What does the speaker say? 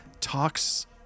talks